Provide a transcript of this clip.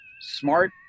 smart